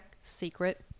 Secret